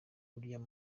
william